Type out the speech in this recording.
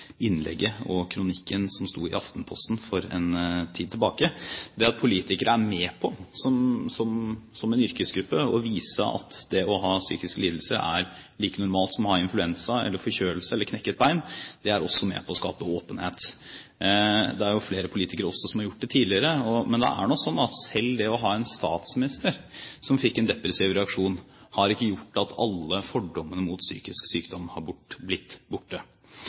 innlegget hennes og for kronikken som sto i Aftenposten for en tid tilbake. Det at politikere som en yrkesgruppe er med på å vise at det å ha psykiske lidelser er like normalt som å ha influensa, være forkjølet eller knekke et bein, er også med på å skape åpenhet. Det er jo også flere politikere som har gjort det tidligere, men det er nå slik at ikke engang det å ha hatt en statsminister som fikk en depressiv reaksjon, har gjort at alle fordommene mot psykisk sykdom har blitt borte.